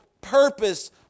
purpose